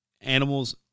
animals